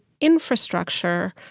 infrastructure